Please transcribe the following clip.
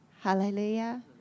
Hallelujah